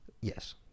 Yes